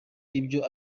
ibyo